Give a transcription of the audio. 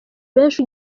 benshi